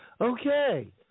Okay